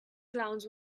clowns